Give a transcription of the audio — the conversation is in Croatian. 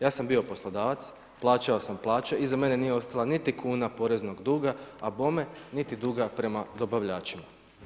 Ja sam bio poslodavac, plaćao sam plaće, iza mene nije ostala niti kuna poreznog duga a bome niti duga prema dobavljačima.